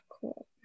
cool